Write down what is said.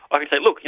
i can say, look,